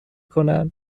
کنن